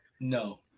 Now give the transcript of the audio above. No